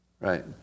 Right